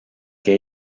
que